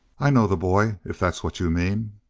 i know the boy, if that's what you mean.